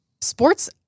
sports